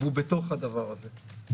והוא בתוך הדבר הזה.